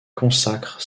consacrent